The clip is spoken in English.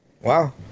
Wow